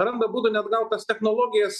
randa būdų net gal tas technologijas